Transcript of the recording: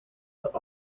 but